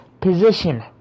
position